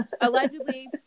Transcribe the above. Allegedly